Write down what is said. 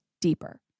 deeper